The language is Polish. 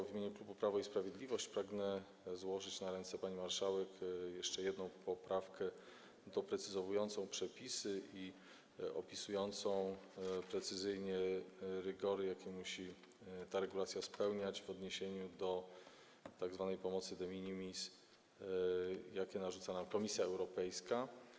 W imieniu klubu Prawo i Sprawiedliwość pragnę złożyć na ręce pani marszałek jeszcze jedną poprawkę doprecyzowującą przepisy i opisującą precyzyjnie rygory, jakie musi ta regulacja spełniać w odniesieniu do tzw. pomocy de minimis, rygory narzucane nam przez Komisję Europejską.